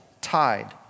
tied